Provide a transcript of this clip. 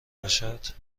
باشد